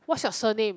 what's your surname